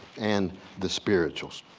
and the spirituals.